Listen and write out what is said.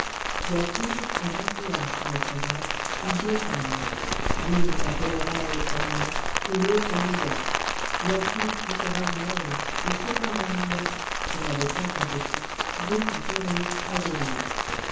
un patriarche de notre race eut deux femmes l'une s'appelait ra'hel comme moi et l'autre lia yacoub préférait ra'hel et cependant lia qui n'avait pas ta beauté vécut heureuse près de lui